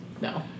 No